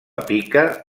pica